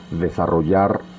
desarrollar